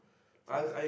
sometimes